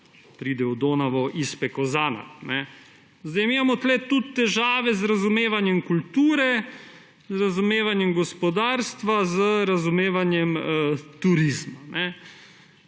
pride v Donavo, » ispeko zanat«. Mi imamo tukaj tudi težave z razumevanjem kulture, z razumevanjem gospodarstva, z razumevanjem turizma.